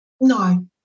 No